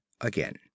again